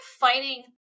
fighting